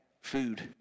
food